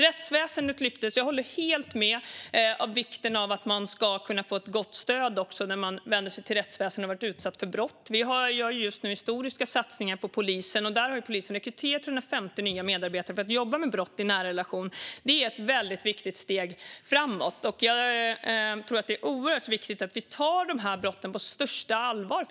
Rättsväsendet lyftes upp. Jag håller helt med om vikten av att man ska kunna få ett gott stöd när man vänder sig till rättsväsendet efter att ha blivit utsatt för brott. Vi gör just nu historiska satsningar på polisen, och polisen har nu rekryterat 150 nya medarbetare som ska jobba med brott i nära relationer. Det är ett väldigt viktigt steg framåt. Det är viktigt att vi tar dessa brott på största allvar.